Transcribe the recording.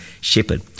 shepherd